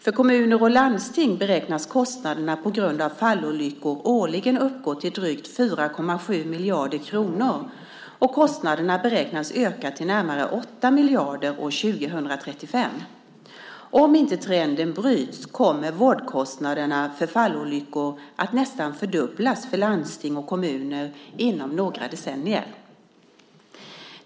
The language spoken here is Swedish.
För kommuner och landsting beräknas kostnaderna på grund av fallolyckor årligen uppgå till drygt 4,7 miljarder kronor, och kostnaderna beräknas öka till närmare 8 miljarder år 2035. Om inte trenden bryts kommer vårdkostnaderna för fallolyckor att nästan fördubblas för landsting och kommuner inom några decennier.